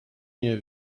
nie